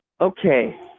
okay